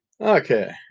Okay